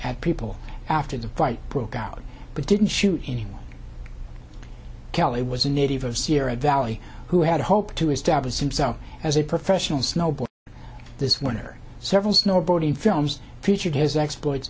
at people after the fight broke out but didn't shoot him kelly was a native of sierra valley who had hoped to establish himself as a professional snowboard this one or several snowboarding films featured his exploits